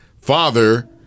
father